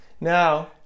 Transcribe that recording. Now